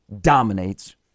dominates